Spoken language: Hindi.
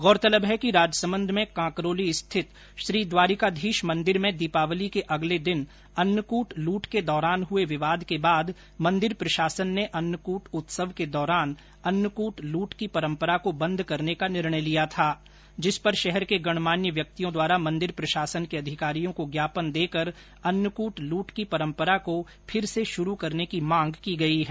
गौरतलब है कि राजसमंद में कांकरोली स्थित श्रीद्वारिकाधीश मंदिर में दीपावली के अगले दिन अन्नकूट लूट के दौरान हुए विवाद के बाद मंदिर प्रशासन ने अन्नकूट उत्सव के दौरान अन्नकूट लूट की परम्परा को बंद करने का निर्णय लिया था जिस पर शहर के गणमान्य व्यक्तियों द्वारा मंदिर प्रशासन के अधिकारियों को ज्ञापन देकर अन्नकूट लूट की परम्परा को फिर से शुरू करने की मांग की गई है